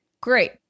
great